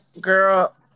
Girl